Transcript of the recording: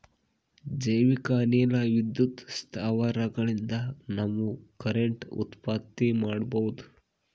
ಜೈವಿಕ್ ಅನಿಲ ವಿದ್ಯುತ್ ಸ್ಥಾವರಗಳಿನ್ದ ನಾವ್ ಕರೆಂಟ್ ಉತ್ಪತ್ತಿ ಮಾಡಬಹುದ್